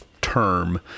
term